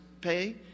pay